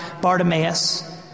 Bartimaeus